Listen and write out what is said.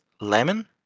Lemon